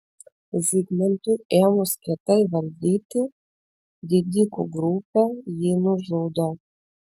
zigmantui ėmus kietai valdyti didikų grupė jį nužudo